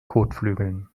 kotflügeln